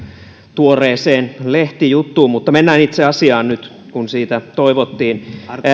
tuoreeseen lehtijuttuun mutta mennään itse asiaan nyt kun sitä toivottiin